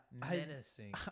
menacing